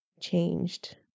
changed